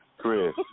chris